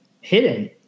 hidden